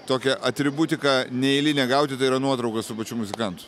tokią atributiką ne eilinę gauti tai yra nuotraukas su pačiu muzikantu